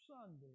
Sunday